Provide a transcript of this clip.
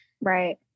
right